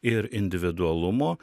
ir individualumo